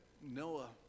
Noah